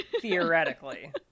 theoretically